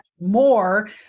more